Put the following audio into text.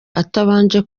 atabanje